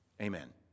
Amen